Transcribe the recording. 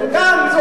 להרים האלה,